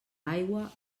aigua